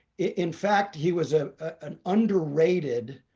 in fact, he was ah an under-rated,